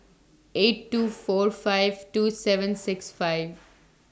eight two four five two seven six five